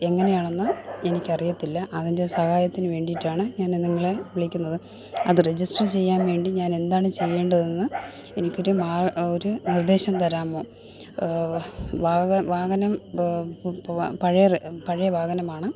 എങ്ങനെയാണെന്ന് എനിക്കറിയത്തില്ല അതിൻ്റെ സഹായത്തിന് വേണ്ടിയിട്ടാണ് ഞാൻ നിങ്ങളെ വിളിക്കുന്നത് അത് റജിസ്റ്റർ ചെയ്യാൻ വേണ്ടി ഞാനെന്താണ് ചെയ്യേണ്ടതെന്ന് എനിക്കൊരു ഒര് നിർദ്ദേശം തരാമോ വാഹനം പഴയ പഴയ വാഹനമാണ്